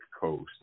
Coast